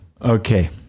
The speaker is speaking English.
okay